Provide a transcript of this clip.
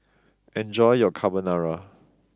enjoy your Carbonara